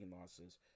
losses